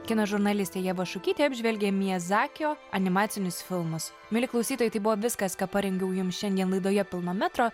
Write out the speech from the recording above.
kino žurnalistė ieva šukytė apžvelgė miazakio animacinius filmus mieli klausytojai tai buvo viskas ką parengiau jums šiandien laidoje pilno metro